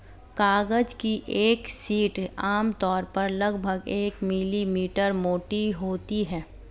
कागज की एक शीट आमतौर पर लगभग एक मिलीमीटर मोटी होती है